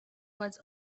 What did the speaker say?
was